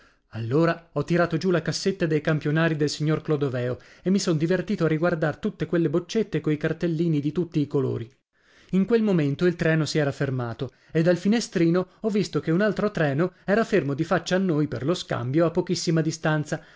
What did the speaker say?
allora ho tirato giù la cassetta dei campionari del signor clodoveo e mi son divertito a riguardar tutte quelle boccette coi cartellini di tutti i colori in quel momento il treno si era fermato e dal finestrino ho visto che un altro treno era fermo di faccia a noi per lo scambio a pochissima distanza